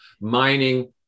mining